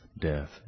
death